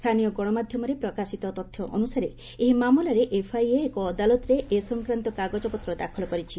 ସ୍ଥାନୀୟ ଗଣମାଧ୍ୟମରେ ପ୍ରକାଶିତ ତଥ୍ୟ ଅନୁସାରେ ଏହି ମାମଲାରେ ଏଫଆଇଏ ଏକ ଅଦାଲତରେ ଏ ସଂକ୍ରାନ୍ତ କାଗଜପତ୍ର ଦାଖଲ କରିଛି